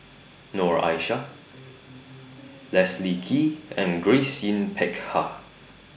Noor Aishah Leslie Kee and Grace Yin Peck Ha